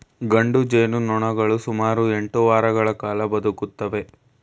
ಗಂಡು ಜೇನುನೊಣಗಳು ಸುಮಾರು ಎಂಟು ವಾರಗಳ ಕಾಲ ಬದುಕುತ್ತವೆ